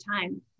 time